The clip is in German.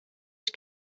ich